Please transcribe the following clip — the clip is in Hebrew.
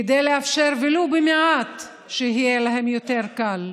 כדי לאפשר ולו במעט שיהיה להם יותר קל,